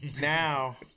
Now